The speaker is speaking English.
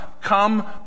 Come